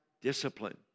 discipline